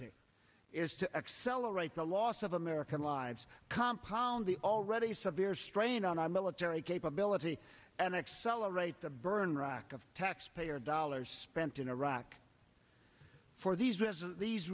certainty is to accelerate the loss of american lives compound the already severe strain on our military capability and accelerate the burn rack of taxpayer dollars spent in iraq for these these